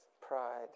pride